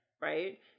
right